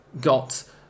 got